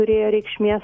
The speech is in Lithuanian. turėjo reikšmės